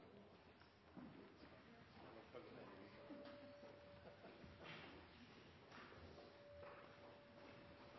var stortingsrepresentant for